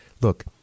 Look